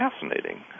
fascinating